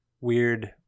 weird